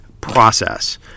Process